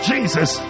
Jesus